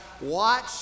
watch